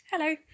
Hello